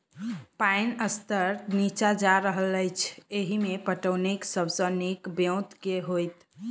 पानि स्तर नीचा जा रहल अछि, एहिमे पटौनीक सब सऽ नीक ब्योंत केँ होइत?